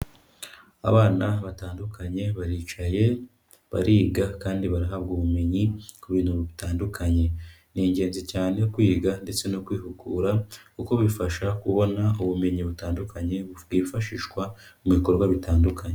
Abana batandukanye baricaye bariga kandi barahabwa ubumenyi ku bintu bitandukanye, ni ingenzi cyane kwiga ndetse no kwihugura kuko bifasha kubona ubumenyi butandukanye bwifashishwa mu bikorwa bitandukanye.